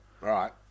Right